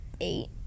eight